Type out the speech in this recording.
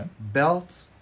belt